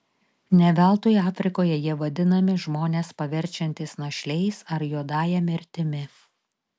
ne veltui afrikoje jie vadinami žmones paverčiantys našliais ar juodąja mirtimi